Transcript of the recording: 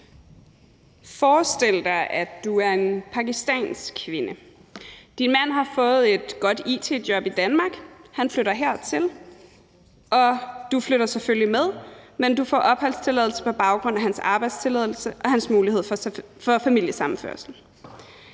Forestil dig, at du er en pakistansk kvinde. Din mand har fået et godt it-job i Danmark, han flytter hertil, og du flytter selvfølgelig med, men du får opholdstilladelse på baggrund af hans arbejdstilladelse og hans mulighed for familiesammenføring.